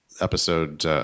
episode